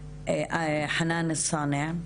בבקשה, חנאן אלסאנע,